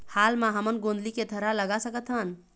हाल मा हमन गोंदली के थरहा लगा सकतहन?